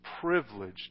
privileged